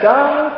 God